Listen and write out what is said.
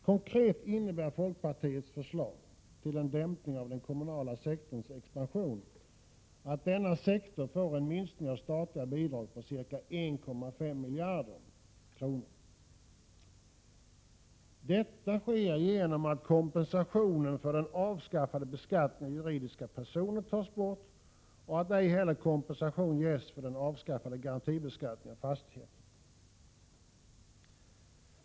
Konkret innebär folkpartiets förslag till en dämpning av den kommunala sektorns expansion att denna sektor får en minskning av statliga bidrag på ca 1,5 miljarder kronor. Detta sker genom att kompensationen för den avskaffade beskattningen av juridiska personer tas bort och att ej heller kompensation ges för den avskaffade garantibeskattningen av fastigheter.